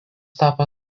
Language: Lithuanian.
tapo